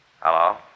Hello